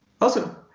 Awesome